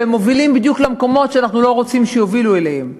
והם מובילים למקומות שאנחנו לא רוצים שיובילו אליהם.